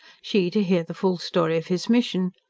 she to hear the full story of his mission.